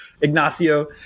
Ignacio